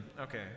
okay